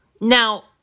Now